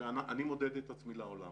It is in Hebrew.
אני מודד את עצמי לעולם.